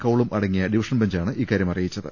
കൌളും അടങ്ങിയ division ബെഞ്ചാണ് ഇക്കാര്യം അറിയിച്ചത്